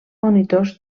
monitors